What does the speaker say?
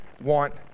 want